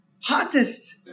hottest